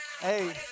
Hey